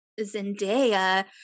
Zendaya